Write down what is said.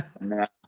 No